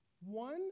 one